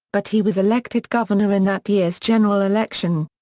but he was elected governor in that year's general election.